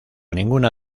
ninguna